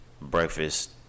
breakfast